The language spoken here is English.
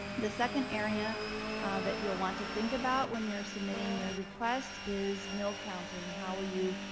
the second area that you'll want to think about when you're submitting your request is milk counting, how will you